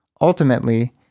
Ultimately